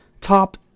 top